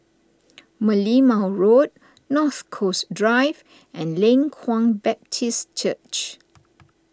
Merlimau Road North Coast Drive and Leng Kwang Baptist Church